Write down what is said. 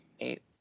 eight